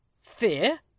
Fear